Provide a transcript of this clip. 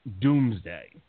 Doomsday